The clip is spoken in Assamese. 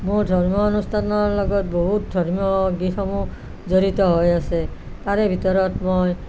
মোৰ ধৰ্ম অনুষ্ঠানৰ লগত বহুত ধৰ্মীয় গীতসমূহ জড়িত হৈ আছে তাৰে ভিতৰত মই